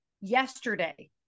yesterday